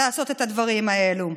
לעשות את הדברים האלו.